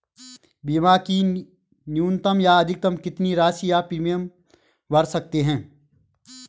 बीमा की न्यूनतम या अधिकतम कितनी राशि या प्रीमियम भर सकते हैं?